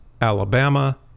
Alabama